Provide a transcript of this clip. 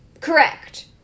Correct